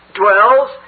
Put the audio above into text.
dwells